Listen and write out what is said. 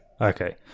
Okay